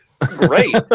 great